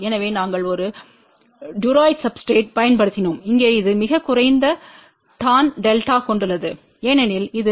எனவே நாங்கள் ஒரு டூராய்டு சப்ஸ்டிரேட்றைப் பயன்படுத்தினோம் இங்கே இது மிகக் குறைந்த டான் டெல்டாவைக் கொண்டுள்ளது ஏனெனில் இது 0